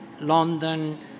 London